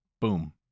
Boom